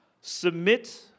Submit